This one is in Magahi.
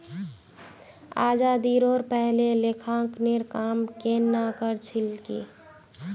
आज़ादीरोर पहले लेखांकनेर काम केन न कर छिल की